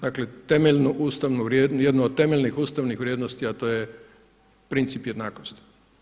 Dakle, temeljnu ustavnu, jednu od temeljnih ustavnih vrijednosti, a to je princip jednakosti.